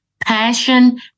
passion